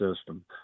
system